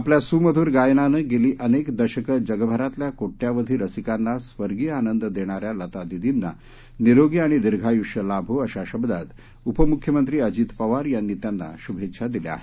आपल्या सुमधुर गायनानं गेली अनेक दशकं जगभरातल्या कोट्यवधी रसिकांना स्वर्गीय आनंद देणाऱ्या लतादिर्दीना निरोगी आणि दीर्घायुष्य लाभो अशा शब्दात उपमुख्यमंत्री अजित पवार यांनी त्यांना शूभेच्छा दिल्या आहेत